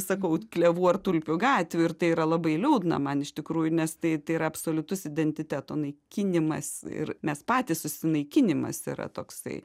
sakau klevų ar tulpių gatvių ir tai yra labai liūdna man iš tikrųjų nes tai tai yra absoliutus identiteto naikinimas ir mes patys susinaikinimas yra toksai